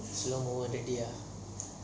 so you can eat ah